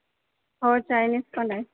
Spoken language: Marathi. हो चायनीज पण आहे